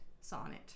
sonnet